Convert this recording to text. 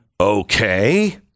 Okay